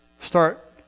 start